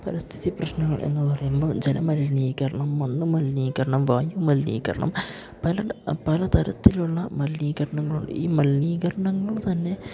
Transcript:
പരിസ്ഥിതി പ്രശ്നങ്ങൾ എന്ന് പറയുമ്പോൾ ജല മലിനീകരണം മണ്ണ് മലിനീകരണം വായുമലിനീകരണം പല പല തരത്തിലുള്ള മലിനീകരണങ്ങളുണ്ട് ഈ മലിനീകരണങ്ങൾ തന്നെ